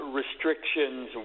restrictions